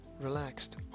relaxed